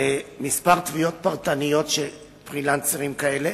כמה תביעות פרטניות של פרילנסרים כאלה